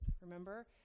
remember